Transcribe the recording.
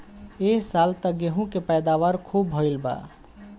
ए साल त गेंहू के पैदावार खूब भइल बा